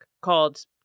called